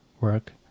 work